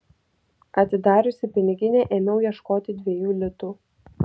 atidariusi piniginę ėmiau ieškoti dviejų litų